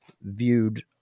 viewed